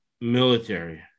military